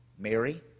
Mary